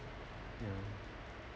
ya